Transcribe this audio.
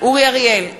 אורי אריאל,